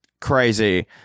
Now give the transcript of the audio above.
crazy